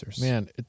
man